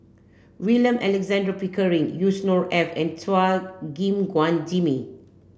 William Alexander Pickering Yusnor Ef and Chua Gim Guan Jimmy